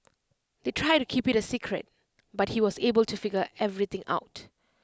they tried to keep IT A secret but he was able to figure everything out